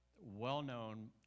well-known